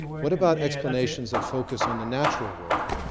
what about explanations that focus on the natural world?